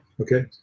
okay